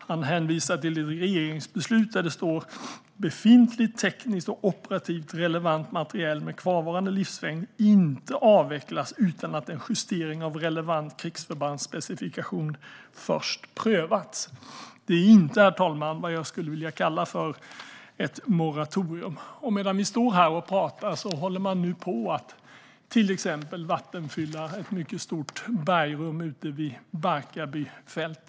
Han hänvisar till ett regeringsbeslut där det står att "befintligt, tekniskt och operativt relevant materiel med kvarvarande livslängd inte avvecklas utan att en justering av relevant krigsförbandsspecifikation först prövats". Herr talman! Det är inte vad jag skulle vilja kalla ett moratorium. Medan vi står här och talar håller man till exempel på att vattenfylla ett mycket stort bergrum ute vid Barkarbyfältet.